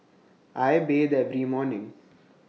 I bathe every morning